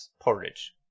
porridge